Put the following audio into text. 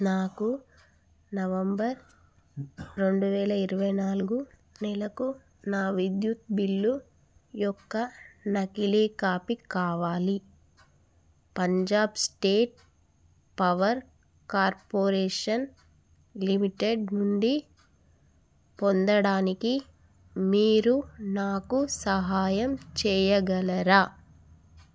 నాకు నవంబర్ రెండు వేల ఇరవై నాలుగు నెలకు నా విద్యుత్ బిల్లు యొక్క నకిలీ కాపీ కావాలి Punjab state power corporation limited నుండి పొందడానికి మీరు నాకు సహాయం చేయగలరా